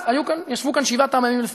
אז ישבו כאן שבעת העמים לפנינו.